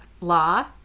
law